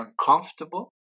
uncomfortable